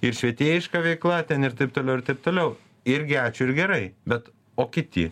ir švietėjiška veikla ten ir taip toliau ir taip toliau irgi ačiū ir gerai bet o kiti